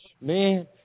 Man